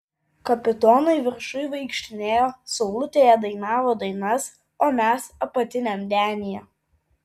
kapitonai viršuj vaikštinėjo saulutėje dainavo dainas o mes apatiniam denyje